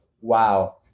wow